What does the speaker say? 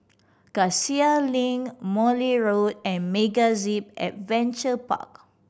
Cassia Link Morley Road and MegaZip Adventure Park